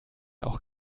auch